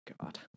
God